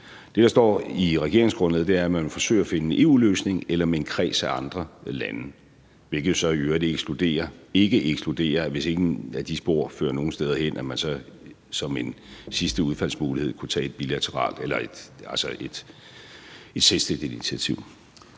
Det, der står i regeringsgrundlaget, er, at man vil forsøge at finde en løsning i EU eller med en kreds af andre lande, hvilket jo så i øvrigt ikke ekskluderer, hvis ingen af de spor fører nogen steder hen, at man så som en sidste udfaldsmulighed kunne tage et bilateralt eller et selvstændigt initiativ.